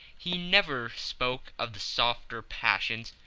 he never spoke of the softer passions,